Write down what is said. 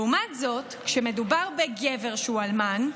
לעומת זאת, כשמדובר בגבר שהוא אלמן,